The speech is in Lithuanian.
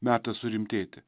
metas surimtėti